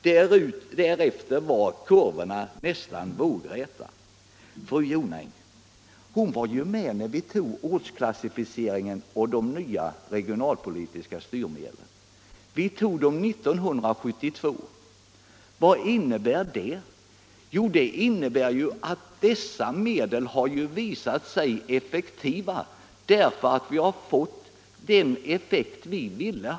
Därefter var kurvorna nästan vågräta. Fru Jonäng var ju med när vi tog beslutet om ortsklassificeringen och de nya regionalpolitiska styrmedlen 1972. Vad har beslutet inneburit? Jo, att dessa medel har visat sig vara effektiva. Effekten har blivit den vi ville.